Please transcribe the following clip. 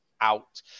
out